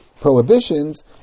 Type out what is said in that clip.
prohibitions